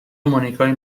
مونیکای